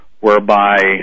Whereby